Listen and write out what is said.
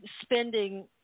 spending